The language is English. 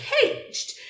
caged